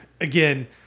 Again